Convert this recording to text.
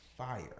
fire